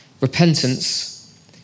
Repentance